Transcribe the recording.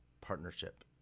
partnership